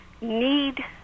need